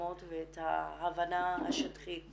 המוסכמות ואת ההבנה השטחית